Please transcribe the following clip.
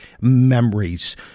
Memories